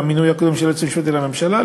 במינוי הקודם של היועץ המשפטי לממשלה.